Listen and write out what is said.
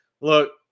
look